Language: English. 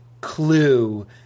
clue